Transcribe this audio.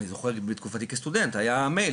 אני זוכר בתקופתי כסטודנט היה אימייל,